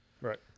Right